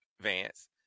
Vance